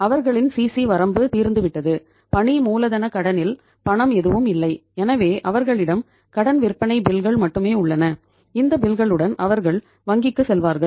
அவர்களின் சிசி எங்களிடம் உள்ளன என்று அவர்கள் சொல்வார்கள்